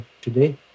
today